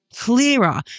clearer